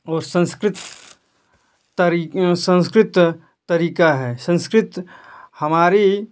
और संस्कृत तरी संस्कृत तरीका है संस्कृत हमारी